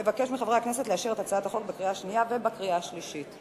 אבקש מחברי הכנסת לאשר את הצעת החוק בקריאה השנייה ובקריאה השלישית.